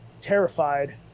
terrified